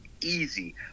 easy